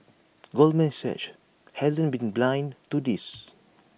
Goldman Sachs hasn't been blind to this